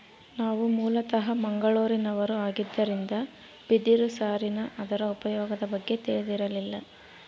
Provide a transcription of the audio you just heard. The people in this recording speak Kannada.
ನಾವು ಮೂಲತಃ ಮಂಗಳೂರಿನವರು ಆಗಿದ್ದರಿಂದ ಬಿದಿರು ಸಾರಿನ ಅದರ ಉಪಯೋಗದ ಬಗ್ಗೆ ತಿಳಿದಿರಲಿಲ್ಲ